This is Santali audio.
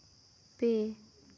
ᱯᱮ